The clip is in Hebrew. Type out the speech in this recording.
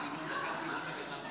אתה לא יודע על מה אתה מדבר שמה?